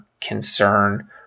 concern